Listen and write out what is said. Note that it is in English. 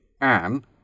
Anne